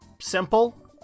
simple